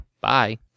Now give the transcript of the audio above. Bye